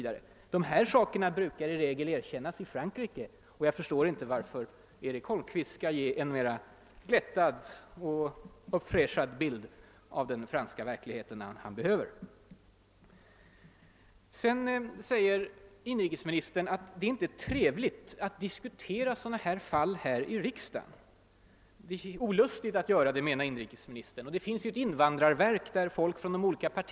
Dessa saker brukar ofta erkännas i Frankrike, och jag förstår inte varför herr Holmqvist skall ge en gladare och mer uppfräschad bild av den franska verkligheten. Sedan säger inrikesministern att det är olustigt att diskutera sådana här fall i riksdagen. Det finns ju ett invandrarverk, där de olika partierna är representerade, menar han.